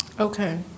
Okay